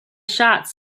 shots